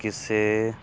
ਕਿਸੇ